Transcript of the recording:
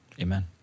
amen